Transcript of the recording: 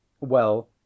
Well